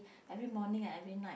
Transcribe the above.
every morning and every night